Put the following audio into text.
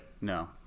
No